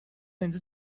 اینجا